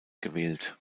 gewählt